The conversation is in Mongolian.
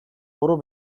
буруу